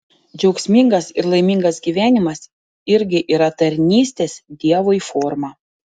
džiaugsmingas ir laimingas gyvenimas irgi yra tarnystės dievui forma